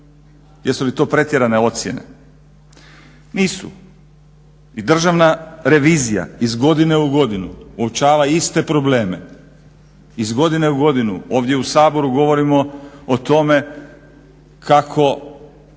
Jesu li to pretjerane ocjene? Nisu. I Državna revizija iz godine u godinu uočava iste probleme. Iz godine u godinu ovdje u Saboru govorimo o tome kako